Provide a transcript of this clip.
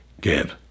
give